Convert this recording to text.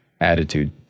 attitude